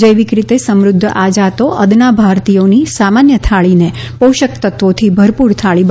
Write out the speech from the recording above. જૈવિક રીતે સમૃદ્ધ આ જાતો અદના ભારતીયોની સામાન્ય થાળીને પોષક તત્વોથી ભરપુર થાળી બનાવશે